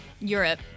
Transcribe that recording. Europe